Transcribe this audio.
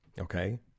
okay